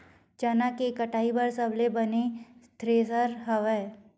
चना के कटाई बर सबले बने थ्रेसर हवय?